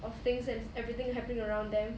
of things and everything happening around them